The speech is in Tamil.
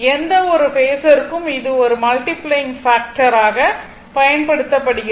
எந்த ஒரு பேஸர் க்கும் இது ஒரு மல்டிப்ளையிங் பாக்டர் ஆக பயன்படுத்தப்படுகிறது